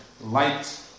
light